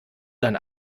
dann